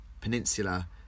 Peninsula